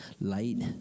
Light